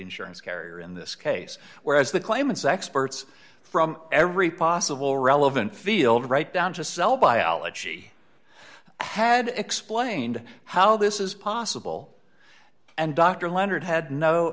insurance carrier in this case whereas the claimants experts from every possible relevant field right down to cell biology had explained how this is possible and dr leonard had no